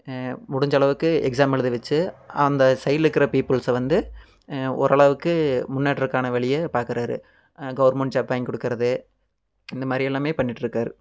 முடிஞ்ச அளவுக்கு எக்ஸாம் எழுத வச்சு அந்த சைட்டில் இருக்கிற பீப்புள்ஸை வந்து ஓரளவுக்கு முன்னேற்றதுக்கான வழியை பார்க்குறாரு கவர்மெண்ட் ஜாப் வாங்கி கொடுக்குறது இந்த மாதிரி எல்லாமே பண்ணிகிட்டு இருக்கார்